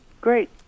great